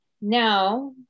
Now